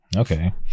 okay